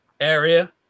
area